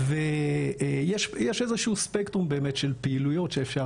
יש איזשהו ספקטרום באמת של פעילויות שאפשר